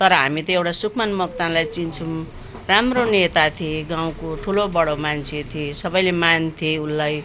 तर हामी त्यही एउटा सुखमान मोक्तानलाई चिन्छौँ राम्रो नेता थिए गाउँको ठुलोबडो मान्छे थिए सबैले मान्थे उनलाई